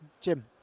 Jim